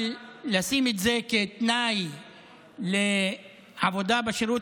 אבל לשים את זה כתנאי לעבודה בשירות